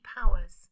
powers